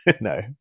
No